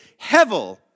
hevel